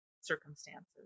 circumstances